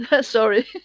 Sorry